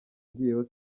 ngiyeyo